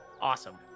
Awesome